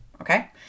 okay